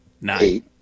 Nine